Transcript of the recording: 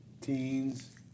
teens